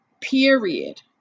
period